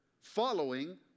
following